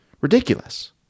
ridiculous